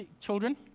children